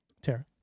Tara